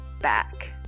back